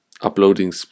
uploading